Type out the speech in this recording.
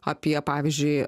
apie pavyzdžiui